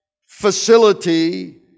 facility